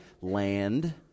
land